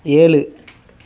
ஏலு